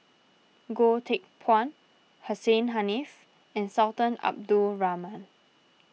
Goh Teck Phuan Hussein Haniff and Sultan Abdul Rahman